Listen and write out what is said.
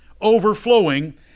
overflowing